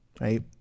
right